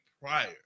prior